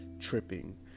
tripping